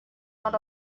not